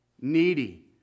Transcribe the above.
needy